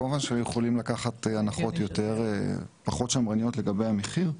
כמובן שיכולים לקחת הנחות פחות שמרניות לגבי המחיר,